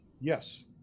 Yes